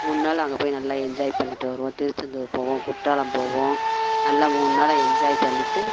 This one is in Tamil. மூணு நாள் அங்கே போய் நல்லா என்ஜாய் பண்ணிட்டு வருவோம் திருச்செந்தூர் போவோம் குற்றாலம் போவோம் நல்லா மூணு நாளும் என்ஜாய் பண்ணிட்டு